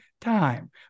time